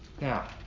Now